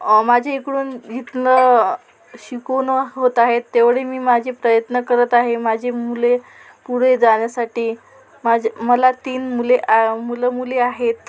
माझे इकडून इथनं शिकून होत आहे तेवढी मी माझे प्रयत्न करत आहे माझी मुले पुढे जाण्यासाठी माझे मला तीन मुले मुलं मुली आहेत